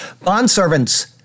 Bondservants